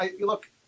look